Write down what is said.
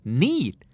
need